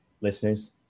listeners